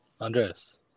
Andres